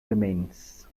remains